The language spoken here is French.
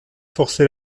forcé